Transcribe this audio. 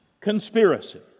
conspiracy